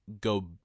go